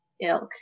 ilk